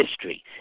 history